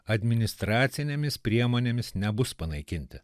administracinėmis priemonėmis nebus panaikinti